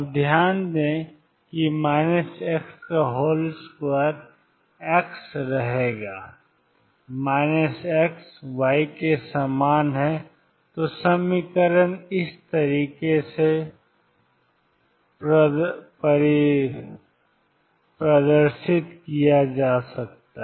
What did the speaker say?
अब ध्यान रखें कि x2 x स्थानापन्न xy के समान है तो समीकरण 22md2ydy2VyyEψ बन जाते हैं